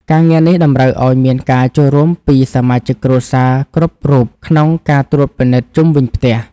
ការងារនេះតម្រូវឱ្យមានការចូលរួមពីសមាជិកគ្រួសារគ្រប់រូបក្នុងការត្រួតពិនិត្យជុំវិញផ្ទះ។